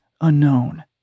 unknown